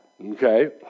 okay